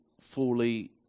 fully